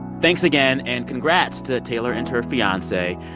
thanks again. and congrats to taylor and to her fiance,